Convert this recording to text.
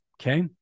Okay